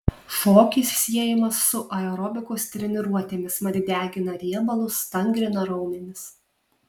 šokis siejamas su aerobikos treniruotėmis mat degina riebalus stangrina raumenis